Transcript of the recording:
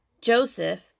Joseph